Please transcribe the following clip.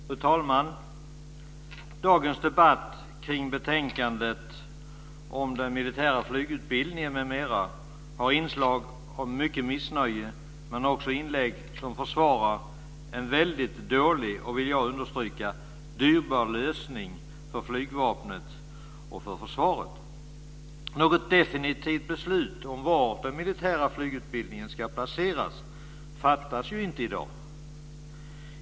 Fru talman! Dagens debatt med anledning av betänkandet om den militära flygutbildningen m.m. har stora inslag av missnöje men också inlägg som försvarar en väldigt dålig och - det vill jag understryka - dyr lösning för flygvapnet och för försvaret. Något definitivt beslut om var den militära flygutbildningen ska placeras fattas ju inte i dag.